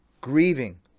grieving